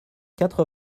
quatre